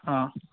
অঁ